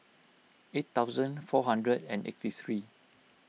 eight thousand four hundred and eighty three